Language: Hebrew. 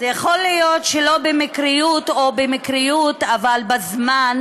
להיות שלא במקריות, או במקריות אבל בזמן,